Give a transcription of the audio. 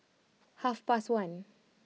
half past one